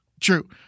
True